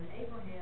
Abraham